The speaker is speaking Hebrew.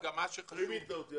רימית אותי,